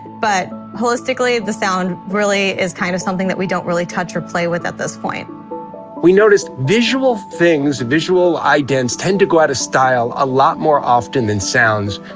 but holistically, the sound really is kind of something that we don't really touch or play with at this point we noticed visual things, visual idents, tend to go out of style a lot more often than sounds,